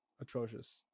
atrocious